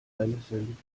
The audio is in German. brennnesseln